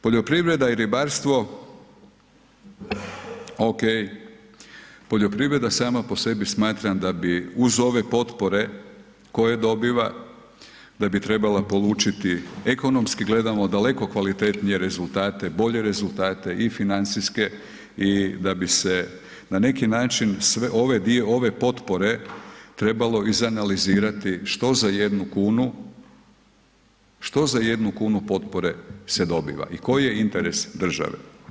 Poljoprivreda i ribarstvo ok, poljoprivreda sama po sebi smatram da bi uz ove potpore koje dobiva, a bi trebala polučiti ekonomski gledano daleko kvalitetnije rezultate, bolje rezultate i financijske i da bi se na neki način sve ove potpore trebalo izanalizirati što za jednu kunu potpore se dobiva i koji je interes države.